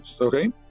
okay